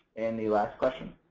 and the last question